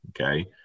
okay